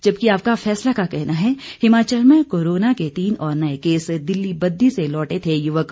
जबकि आपका फैसला का कहना है हिमाचल में कोरोना के तीन और नए केस दिल्ली बद्दी से लौटे थे युवक